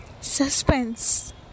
Suspense